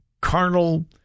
carnal